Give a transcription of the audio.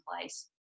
place